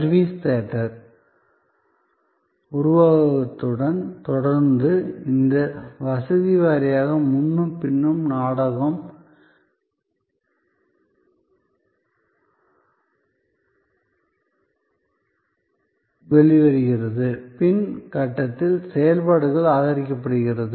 service theatre உருவகத்துடன் தொடர்ந்து இந்த வசதி வாரியாக முன்னும் பின்னும் நாடகம் வெளிவருகிறது பின் கட்டத்தில் செயல்பாடுகளால் ஆதரிக்கப்படுகிறது